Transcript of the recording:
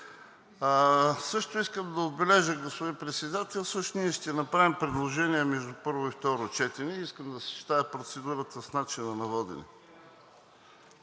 Също искам да отбележа, господин Председателстващ, ние ще направим предложение между първо и второ четене – искам да съчетая процедурата с начина на водене.